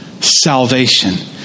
salvation